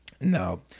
No